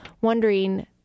wondering